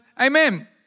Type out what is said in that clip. Amen